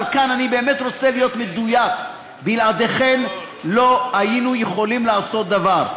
אבל כאן אני באמת רוצה להיות מדויק: בלעדיכן לא היינו יכולים לעשות דבר.